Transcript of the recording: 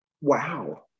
Wow